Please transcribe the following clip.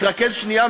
תתרכז שנייה,